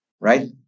right